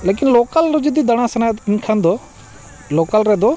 ᱞᱮᱠᱤᱱ ᱞᱳᱠᱟᱞ ᱨᱮ ᱡᱩᱫᱤ ᱫᱟᱬᱟ ᱥᱟᱱᱟᱭᱮᱫ ᱢᱮᱱᱠᱷᱟᱱ ᱫᱚ ᱞᱳᱠᱟᱞ ᱨᱮᱫᱚ